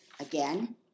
Again